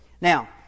Now